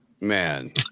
man